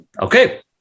Okay